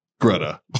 Greta